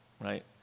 right